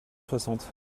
soixante